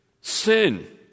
sin